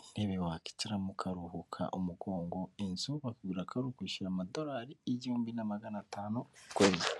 intebe wakwicaramo ukaruhuka umugongo, inzu bakubwira ko ari ukwishyura amadorari igihumbi na magana atanu ukwezi.